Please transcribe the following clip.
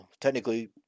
technically